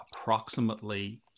approximately